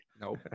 Nope